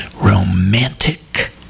Romantic